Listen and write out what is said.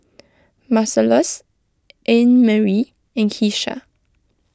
Marcellus Annemarie in Keisha